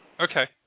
Okay